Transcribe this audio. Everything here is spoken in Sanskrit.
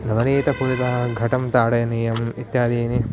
नवनीतपूरितं घटं ताडनीयम् इत्याद्यः